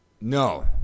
No